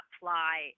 Fly